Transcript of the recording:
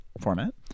format